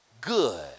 good